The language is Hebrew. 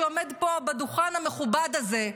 שעומד פה בדוכן המכובד הזה,